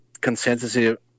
consensus